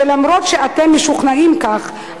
שאף-על-פי שאתם משוכנעים כך,